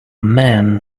men